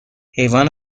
حیوان